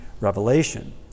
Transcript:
revelation